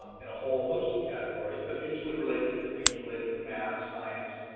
in a whole host of categories but usually related to things related to math, science,